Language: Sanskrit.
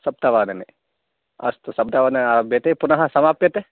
सप्तवादने अस्तु सप्तवादनाभ्यन्तरे पुनः समाप्यते